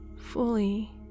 fully